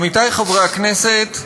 עמיתי חברי הכנסת,